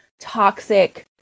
toxic